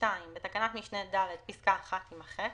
בתקנת משנה (ד) פסקה (1) תימחק,